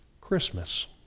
Christmas